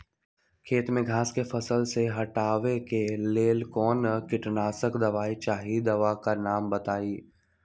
खेत में घास के फसल से हटावे के लेल कौन किटनाशक दवाई चाहि दवा का नाम बताआई?